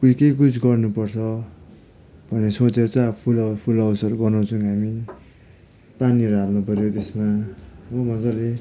केही कुछ गर्नुपर्छ भनेर सोचेर चाहिँ अब फुल फुलहाउसहरू बनाउँछौँ हामी पानीहरू हाल्नुपर्यो त्यसमा हो मजाले